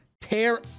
tear